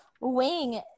wing